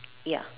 ya